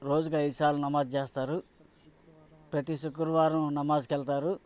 రోజుకి ఐదు సార్లు నమాజ్ చేస్తారు ప్రతి శుక్రవారం నమాజ్కు వెళతారు